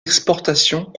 exportations